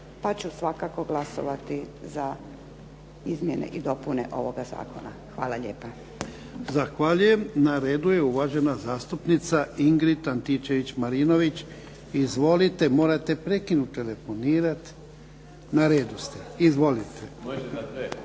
pa ću svakako i glasovati za ove izmjene i dopune ovoga zakona. Hvala lijepo.